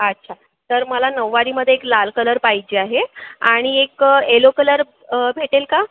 अच्छा तर मला नऊवारीमदे एक लाल कलर पाहिजे आहे आणि एक एलो कलर भेटेल का